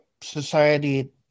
society